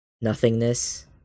nothingness